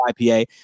IPA